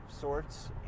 sorts